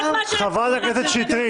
חברת הכנסת שטרית,